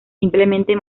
simplemente